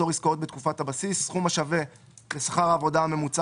עסקאות בתקופת הבסיס" סכום השווה לשכר העבודה הממוצע